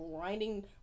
grinding